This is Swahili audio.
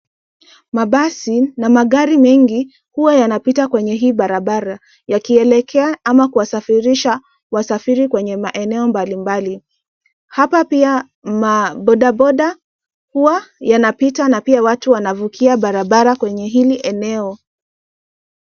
Mabasi na magari mengi huwa yanapita kwenye hii barabara yakielekea ama kuwasafirisha wasafiri kwenye eneo mbalimbali. Hapa pia bodaboda huwa yanapita na pia watu wanavukia barabara kwenye hili eneo.